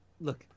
Look